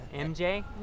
mj